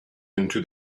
into